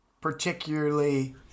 particularly